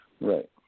Right